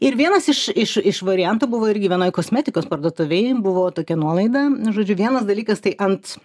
ir vienas iš iš iš variantų buvo irgi vienoj kosmetikos parduotuvėj buvo tokia nuolaida žodžiu vienas dalykas tai ant